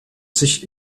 sich